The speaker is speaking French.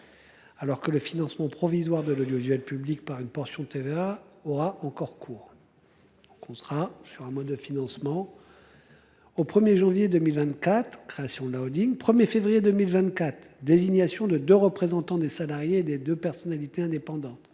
Alors que le financement provisoire de l'audiovisuel public par une pension TVA aura encore cours. Qu'on sera sur un mode de financement. Au 1er janvier 2024, création de la Holding. 1er février 2024. Désignation de, de représentants des salariés des 2 personnalités indépendantes.